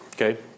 Okay